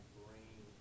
brain